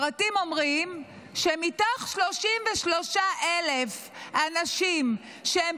הפרטים אומרים שמתוך 33,000 אנשים שהם